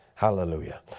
Hallelujah